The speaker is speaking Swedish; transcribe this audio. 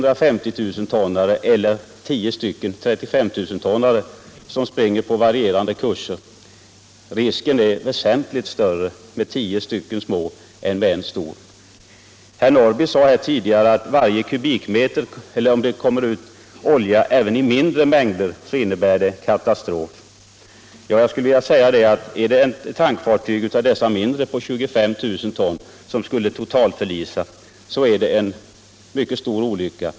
Risken är betydligt större med tio fartyg på 35 000 ton än med ett fartyg på 350 000 ton. Herr Norrby i Åkersberga sade att även mindre mängder olja som kommer ut innebär en katastrof. Jag skulle vilja säga att om ett tankfartyg på 25 000 ton totalförliser är det en mycket stor olycka.